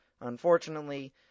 Unfortunately